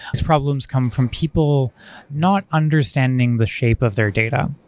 these problems come from people not understanding the shape of their data,